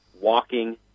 walking